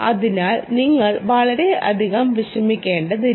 അതിനാൽ നിങ്ങൾ വളരെയധികം വിഷമിക്കേണ്ടതില്ല